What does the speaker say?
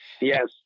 Yes